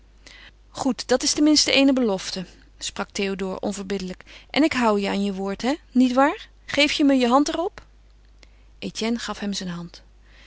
goed dat is tenminste eene belofte sprak théodore onverbiddelijk en ik ho je aan je woord hè nietwaar geef je me je hand er op etienne gaf hem zijn hand